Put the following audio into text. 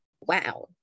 wow